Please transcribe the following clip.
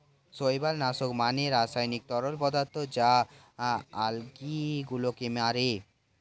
শৈবাল নাশক মানে রাসায়নিক তরল পদার্থ যা আলগী গুলোকে মারে